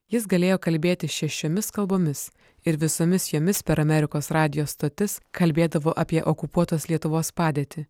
jis galėjo kalbėti šešiomis kalbomis ir visomis jomis per amerikos radijo stotis kalbėdavo apie okupuotos lietuvos padėtį